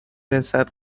رسد